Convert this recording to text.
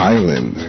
Island